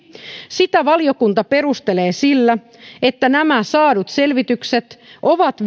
sitä valiokunta perustelee sillä että nämä saadut selvitykset ovat